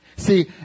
see